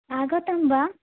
आगतं वा